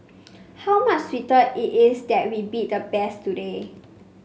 how much sweeter it is that we beat the best today